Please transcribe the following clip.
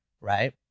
right